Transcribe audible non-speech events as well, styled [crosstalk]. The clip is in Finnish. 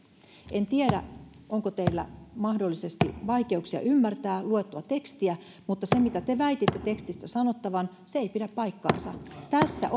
en tiedä onko teillä mahdollisesti vaikeuksia ymmärtää luettua tekstiä mutta se mitä te väititte tekstissä sanottavan ei pidä paikkaansa tässä [unintelligible]